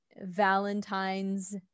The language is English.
Valentine's